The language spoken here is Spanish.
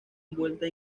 envuelta